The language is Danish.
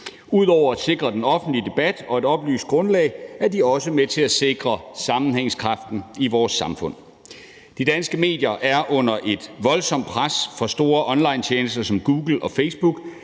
Ud over at sikre den offentlige debat og et oplyst grundlag er de også med til at sikre sammenhængskraften i vores samfund. De danske medier er under et voldsomt pres fra store onlinetjenester som Google og Facebook,